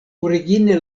origine